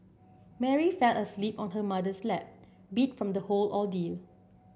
Mary fell asleep on her mother's lap beat from the whole ordeal